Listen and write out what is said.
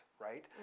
right